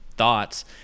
thoughts